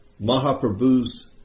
Mahaprabhu's